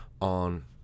on